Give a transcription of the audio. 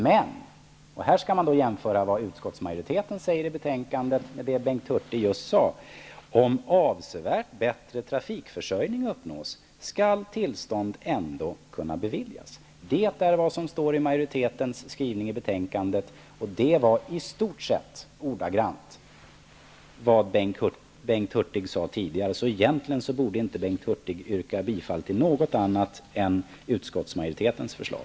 Men -- och här skall man jämföra vad utskottsmajoriteten säger i betänkandet med det Bengt Hurtig just sade -- om avsevärt bättre trafikförsörjning uppnås, skall tillstånd ändå kunna beviljas. Detta är vad som står i majoritetens skrivning i betänkandet, och det var i stort sätt ordagrant vad Bengt Hurtig tidigare sade. Egentligen borde inte Bengt Hurtig yrka bifall till något annat än utskottsmajoritetens förslag.